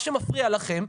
מה שמפריע לכם,